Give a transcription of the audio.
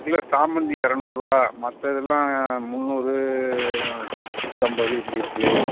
ஒரு கிலோ சாமந்தி இரநூறுவா மற்றதுலாம் முன்னூறு முன்னூற்றம்பது இப்படி இருக்குது